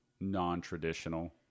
non-traditional